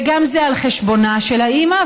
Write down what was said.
וגם זה על חשבונה של האימא,